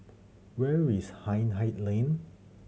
where is Hindhede Lane